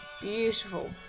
beautiful